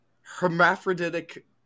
hermaphroditic